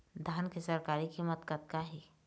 धान के सरकारी कीमत कतका हे?